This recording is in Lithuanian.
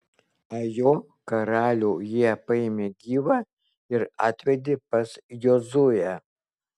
ajo karalių jie paėmė gyvą ir atvedė pas jozuę